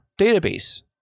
database